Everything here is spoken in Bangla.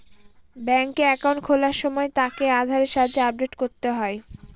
ব্যাঙ্কে একাউন্ট খোলার সময় তাকে আধারের সাথে আপডেট করতে হয়